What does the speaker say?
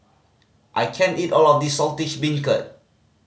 I can't eat all of this Saltish Beancurd